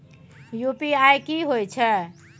UPI की होय छै?